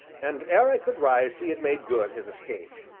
and ere i could rise he had made good his escape.